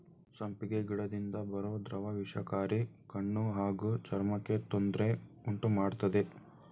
ಸಂಪಿಗೆ ಗಿಡದಿಂದ ಬರೋ ದ್ರವ ವಿಷಕಾರಿ ಕಣ್ಣು ಹಾಗೂ ಚರ್ಮಕ್ಕೆ ತೊಂದ್ರೆ ಉಂಟುಮಾಡ್ತದೆ